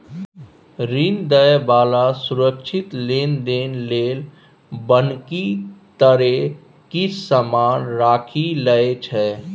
ऋण दइ बला सुरक्षित लेनदेन लेल बन्हकी तरे किछ समान राखि लइ छै